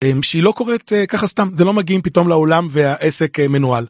... שהיא לא קורית ככה סתם. זה לא מגיעים פתאום לעולם והעסק מנוהל.